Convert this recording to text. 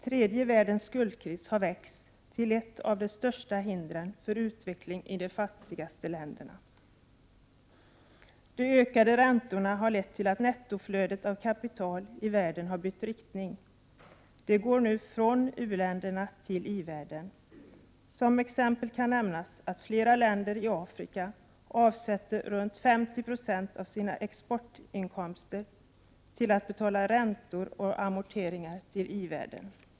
Tredje världens skuldkris har växt och blivit ett av de största hindren för utveckling i de fattigaste länderna. De ökande räntorna har lett till att nettoflödet av kapital i världen har bytt riktning. Det går nu från u-länderna till i-världen. Som exempel kan nämnas att flera länder i Afrika avsätter runt 50 96 av sina exportinkomster till att betala räntor och amorteringar till i-världen.